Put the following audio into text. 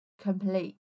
complete